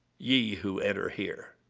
ye who enter here.